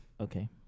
Okay